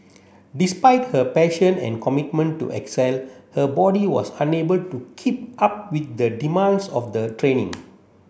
despite her passion and commitment to excel her body was unable to keep up with the demands of the training